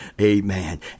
amen